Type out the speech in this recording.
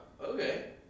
okay